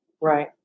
right